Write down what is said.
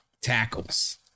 Tackles